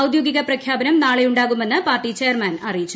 ഔദ്യോഗിക പ്രഖ്യാപനം നാളെയുണ്ടാകുമെന്ന് പാർട്ടി ചെയർമാൻ അറിയിച്ചു